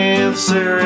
answer